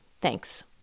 Thanks